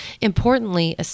Importantly